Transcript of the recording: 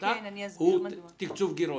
העסקתה התקצוב הוא גירעוני.